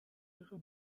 ihrer